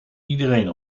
iedereen